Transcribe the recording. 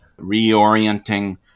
reorienting